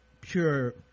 pure